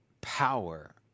power